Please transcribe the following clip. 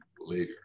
later